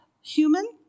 human